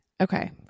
Okay